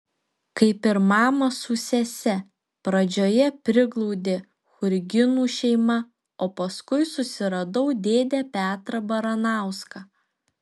kaip ir mamą su sese pradžioje priglaudė churginų šeima o paskui susiradau dėdę petrą baranauską